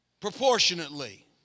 proportionately